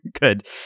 Good